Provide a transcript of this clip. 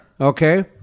Okay